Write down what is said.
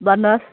भन्नुहोस्